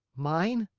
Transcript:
mine.